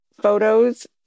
photos